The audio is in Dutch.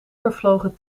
vervlogen